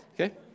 Okay